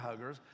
huggers